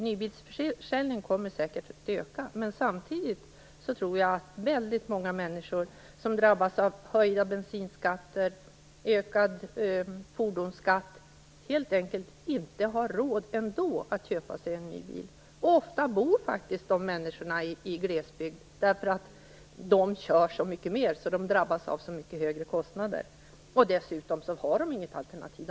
Nybilsförsäljningen kommer säkert att öka, men jag tror samtidigt att väldigt många människor som drabbas av höjda bensinskatter och ökad fordonsskatt ändå helt enkelt inte har råd att köpa sig en ny bil. Ofta bor de människorna i glesbygd - de kör så mycket mer och drabbas av så mycket högre kostnader. Dessutom har de inget alternativ.